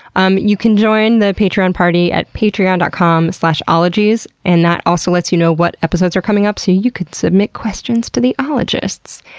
um you can join the patreon party at patreon dot com slash ologies, and that also lets you know what episodes are coming up so you you can submit questions to the ologists.